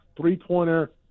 three-pointer